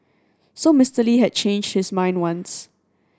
so Mr Lee had changed his mind once